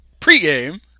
pregame